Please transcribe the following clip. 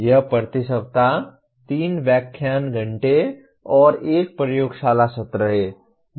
यह प्रति सप्ताह 3 व्याख्यान घंटे और 1 प्रयोगशाला सत्र है